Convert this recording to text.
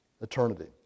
eternity